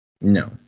No